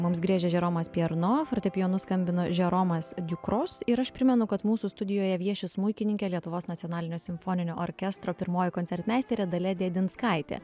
mums griežė žeromas pjerno fortepijonu skambino žeromas djukros ir aš primenu kad mūsų studijoje vieši smuikininkė lietuvos nacionalinio simfoninio orkestro pirmoji koncertmeisterė dalia dėdinskaitė